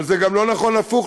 אבל זה גם לא נכון הפוך,